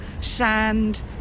sand